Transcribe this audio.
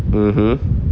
mmhmm